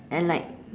and like